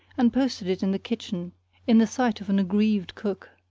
and posted it in the kitchen in the sight of an aggrieved cook.